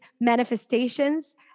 manifestations